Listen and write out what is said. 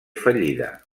fallida